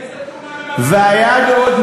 תגיד לי,